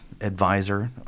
advisor